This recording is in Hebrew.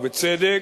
ובצדק.